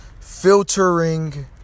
Filtering